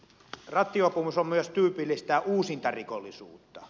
rattijuopumus on myös tyypillistä uusintarikollisuutta